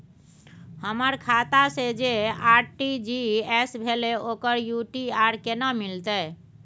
हमर खाता से जे आर.टी.जी एस भेलै ओकर यू.टी.आर केना मिलतै?